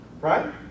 right